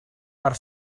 per